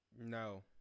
No